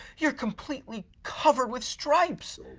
you're completely covered with stripes!